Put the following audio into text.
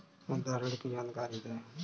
मुद्रा ऋण की जानकारी दें?